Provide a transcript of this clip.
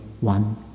one